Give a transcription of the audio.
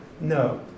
No